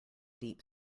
deep